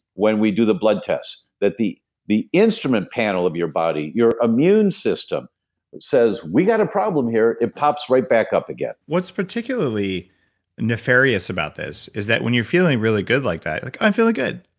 when we do the blood test. the the instrument panel of your body, your immune system says, we got a problem here. it pops right back up again what's particularly nefarious about this is that when you're feeling really good like that, like, i'm feeling good.